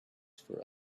for